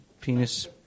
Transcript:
penis